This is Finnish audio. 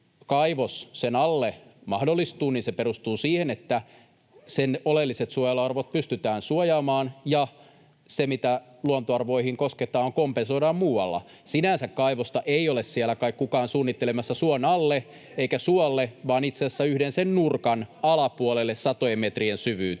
kaivos sen alle mahdollistuu, niin se perustuu siihen, että sen oleelliset suojeluarvot pystytään suojaamaan, ja se, mitä luontoarvoihin kosketaan, kompensoidaan muualla. Sinänsä kaivosta ei ole siellä kai kukaan suunnittelemassa suon alle eikä suolle vaan itse asiassa yhden sen nurkan alapuolelle satojen metrien syvyyteen.